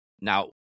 Now